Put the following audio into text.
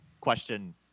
question